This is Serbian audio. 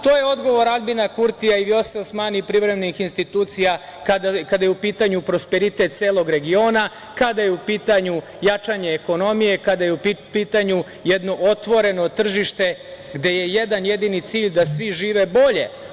To je odgovor Aljbina Kurtija, Vjose Osmani i privremenih institucija kada je u pitanju prosperitet celog regiona, kada je u pitanju jačanje ekonomije, kada je u pitanju jedno otvoreno tržište gde je jedan jedini cilj da svi žive bolje.